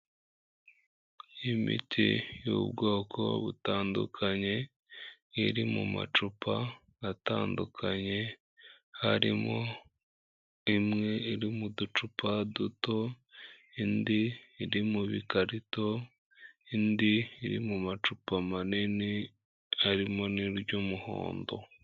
Imiti y'ubwoko butandukanye, iri mu macupa atandukanye, harimo imwe iri mu ducupa duto, indi iri mu bikarito, indi iri mu macupa manini harimo n'iry'umuhondo.